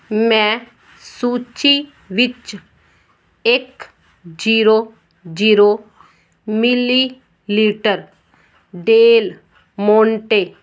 ਮੈਂ ਸੂਚੀ ਵਿੱਚ ਇੱਕ zero zero millilitre Del Monte